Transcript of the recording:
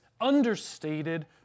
understated